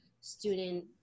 student